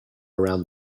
around